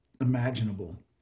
imaginable